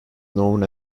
known